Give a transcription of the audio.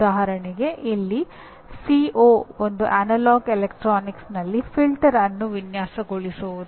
ಉದಾಹರಣೆಗೆ ಇಲ್ಲಿ CO CO ಒಂದು ಅನಲಾಗ್ ಎಲೆಕ್ಟ್ರಾನಿಕ್ಸ್ನಲ್ಲಿ ಫಿಲ್ಟರ್ ಅನ್ನು ವಿನ್ಯಾಸಗೊಳಿಸುವುದು